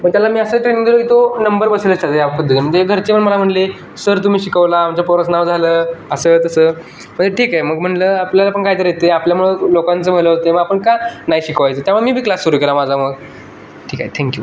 मग त्याला मी असं ट्रेनिंग दिले की तो नंबर बसवले या पद्धतीने म्हणजे घरचे पण मला म्हणले सर तुम्ही शिकवला आमच्या पोराचं नाव झालं असं तसं म्हणजे ठीके मग म्हटलं आपल्याला पण काहीतरी येत आहे आपल्यामुळं लोकांचं मला होते मग आपण का नाही शिकवायचं त्यामुळे मी बी क्लास सुरू केला माझा मग ठीक आहे थँक्यू